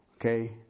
Okay